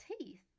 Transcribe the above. teeth